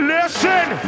Listen